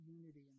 unity